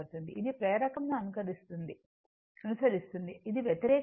ఇది ప్రేరకం ను అనుసరిస్తుంది అది వ్యతిరేకం